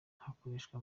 hakoreshwa